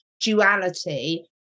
duality